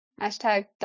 Hashtag